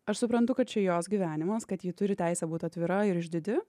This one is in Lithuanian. aš suprantu kad čia jos gyvenimas kad ji turi teisę būt atvira ir išdidi